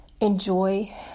Enjoy